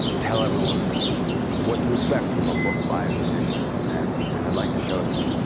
tell everyone what to expect from a book by a magician. and and i'd like to show it to